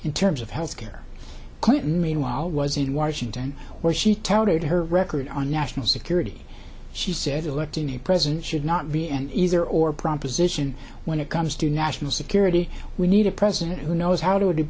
in terms of health care clinton meanwhile was in washington where she tells her record on national security she said electing a president should not be an either or proposition when it comes to national security we need a president who knows how to